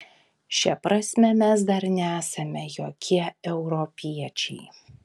šia prasme mes dar nesame jokie europiečiai